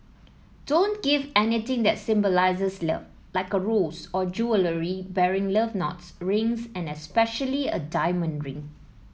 don't give anything that symbolises love like a rose or jewellery bearing love knots rings and especially a diamond ring